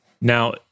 Now